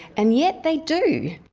and yet they do.